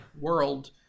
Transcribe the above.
world